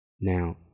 Now